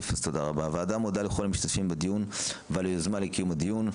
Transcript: הוועדה מודה לכל המשתתפים בדיון ועל היוזמה לקיום הדיון.